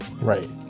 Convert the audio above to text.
right